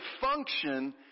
function